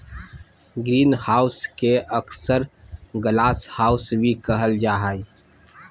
greenhouse के अक्सर glasshouse भी कहल जा हइ